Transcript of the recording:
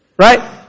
right